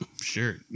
Sure